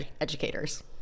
educators